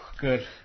Good